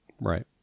Right